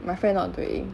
my friend not doing